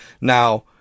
now